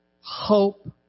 hope